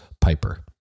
Piper